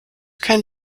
kein